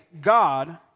God